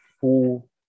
full